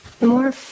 more